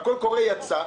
הקול קורא יצא.